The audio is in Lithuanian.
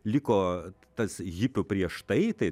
liko tas hipių prieš tai